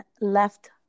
left